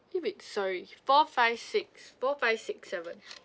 eh wait sorry four five six four five six seven